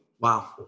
Wow